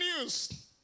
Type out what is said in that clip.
news